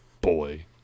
Boy